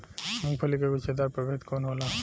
मूँगफली के गुछेदार प्रभेद कौन होला?